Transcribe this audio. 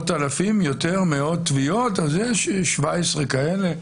17 כאלה,